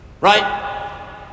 Right